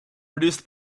produced